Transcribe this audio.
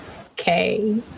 Okay